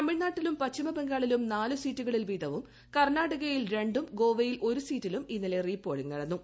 തമിഴ്നാട്ടിലും പശ്ചിമബംഗാളിലും നാല് സീറ്റുകളിൽ വീതവും കർണാടകയിൽ രണ്ടും ഗോവയിൽ ഒരു സീറ്റിലും ഇന്നലെ റീ പോളിംഗ് നടന്നു